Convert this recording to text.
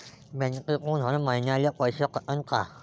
बँकेतून हर महिन्याले पैसा कटन का?